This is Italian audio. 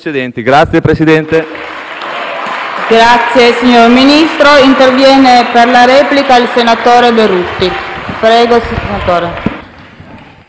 Grazie, Presidente.